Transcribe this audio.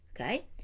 okay